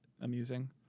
amusing